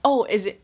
oh is it